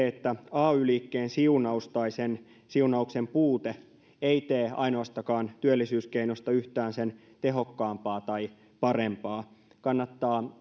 että ay liikkeen siunaus tai sen siunauksen puute ei tee ainoastakaan työllisyyskeinosta yhtään sen tehokkaampaa tai parempaa